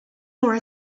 more